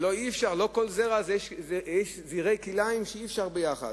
אי-אפשר, יש זרעי כלאיים שאי-אפשר ביחד.